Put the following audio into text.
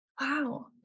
Wow